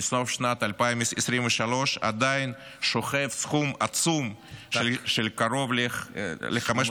לסוף שנת 2023 עדיין שוכב סכום עצום של קרוב ל-500